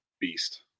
beast